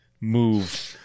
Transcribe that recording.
move